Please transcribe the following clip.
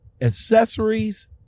accessories